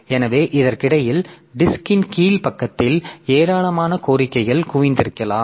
எனவே இதற்கிடையில் டிஸ்க்ன் கீழ் பக்கத்தில் ஏராளமான கோரிக்கைகள் குவிந்திருக்கலாம்